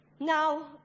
Now